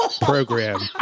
program